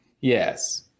Yes